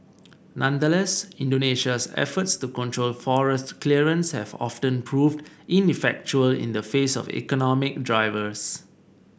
nonetheless Indonesia's efforts to control forest clearance have often proved ineffectual in the face of economic drivers